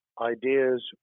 ideas